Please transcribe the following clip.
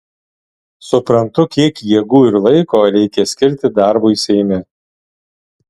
suprantu kiek jėgų ir laiko reikia skirti darbui seime